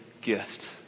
gift